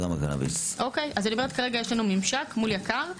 יש לנו ממשק מול יק"ר.